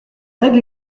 règles